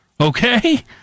Okay